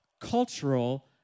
cultural